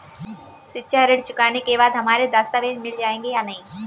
शिक्षा ऋण चुकाने के बाद हमारे दस्तावेज हमें मिल जाएंगे या नहीं?